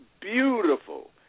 beautiful